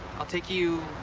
i'll take you